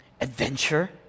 adventure